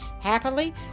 happily